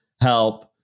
help